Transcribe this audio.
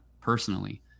personally